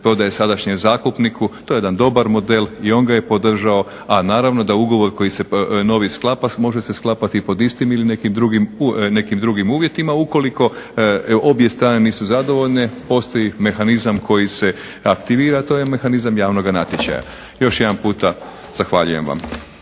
prodaje sadašnjem zakupniku to je jedan dobar model. I on ga je podržao, a naravno da ugovor koji se novi sklapa može se sklapati pod istim ili nekim drugim uvjetima. Ukoliko obje strane nisu zadovoljne postoji mehanizam koji se aktivira. To je mehanizam javnoga natječaja. Još jedan puta zahvaljujem vam.